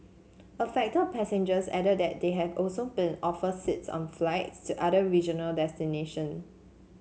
affected passengers added that they had also been offered seats on flights to other regional destination